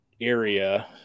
area